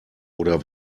oder